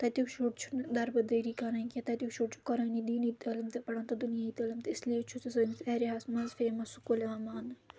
تَتِیُک شُر چھُنہٕ دَربٕدٔرِی کَران کینٛہہ تَتِیُک شُرۍ چھُ قۄرٲنی دیٖنی تعلِم تہِ پَران تہٕ دُنیٲیی تعلِم تہِ اِسلیے چھُ سُہ سٲنِس ایریا ہَس منٛز فیمَس سکوٗل یِوان ماننہٕ